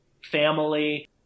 family